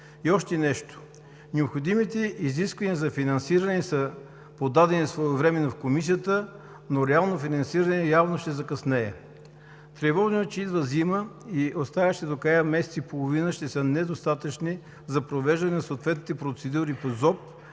Още нещо – необходимите изисквания за финансиране са подадени своевременно в Комисията, но реално финансирането явно ще закъснее. Тревожно е, че идва зима и оставащите до края месец и половина ще са недостатъчни за провеждане на съответните процедури по